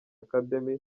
academy